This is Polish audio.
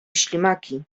ślimaki